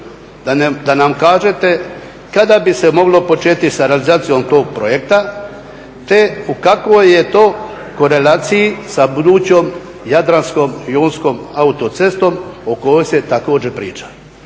da nam kažete kada bi se moglo početi sa realizacijom tog projekta te u kakvoj je to korelaciji sa budućom jadransko-jonskom autocestom o kojoj se također priča